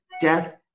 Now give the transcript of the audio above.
death